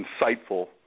insightful